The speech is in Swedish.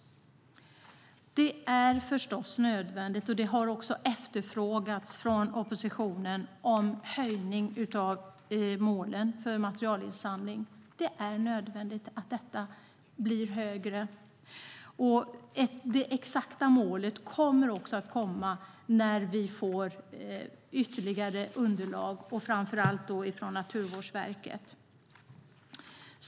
Det är förstås nödvändigt, och det har också efterfrågats från oppositionen, med en höjning av målen för materialinsamling. Det exakta målet kommer att komma när vi får ytterligare underlag, framför allt från Naturvårdsverket.